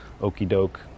okey-doke